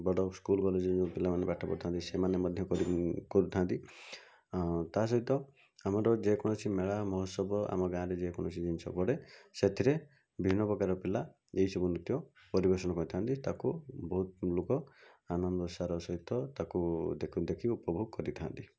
ବଡ଼ ସ୍କୁଲ୍ କଲେଜ୍ରେ ଯେଉଁ ପିଲାମାନେ ପାଠ ପଢ଼ିଥାନ୍ତି ସେମାନେ ମଧ୍ୟ କରୁଥାନ୍ତି ତା'ସହିତ ଆମର ଯେକୌଣସି ମେଳା ମହୋତ୍ସବ ଆମ ଗାଁରେ ଯେକୌଣସି ଜିନିଷ ପଡ଼େ ସେଥିରେ ବିଭିନ୍ନପ୍ରକାର ପିଲା ଏହି ସବୁ ନୃତ୍ୟ ପରିବେଷଣ କରିଥାନ୍ତି ତାକୁ ବହୁତ ଲୋକ ଆନନ୍ଦରେ ଉତ୍ସାହର ସହିତ ତାକୁ ଦେଖି ଉପଭୋଗ କରିଥାନ୍ତି